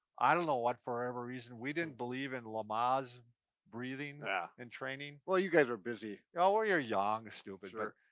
i don't know what, for whatever reason, we didn't believe in lamaze breathing and training. well you guys were busy. oh well, you're young, stupid. sure.